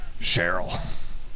Cheryl